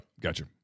gotcha